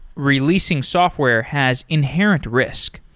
releasing software has inherent risk.